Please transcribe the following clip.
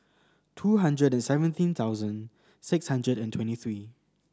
two hundred and seventeen thousand six hundred and twenty three